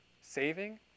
saving